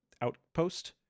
outpost